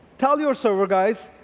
tell your server guys,